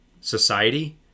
society